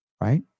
right